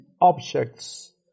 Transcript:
objects